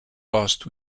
last